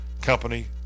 company